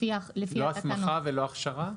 לא הסמכה ולא הכשרה?